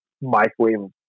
Microwave